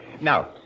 Now